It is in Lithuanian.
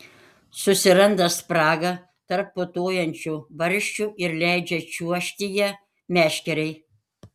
susiranda spragą tarp putojančių barščių ir leidžia čiuožti ja meškerei